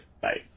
Bye